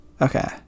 Okay